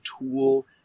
tool